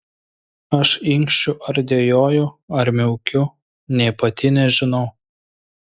aš inkščiu ar dejuoju ar miaukiu nė pati nežinau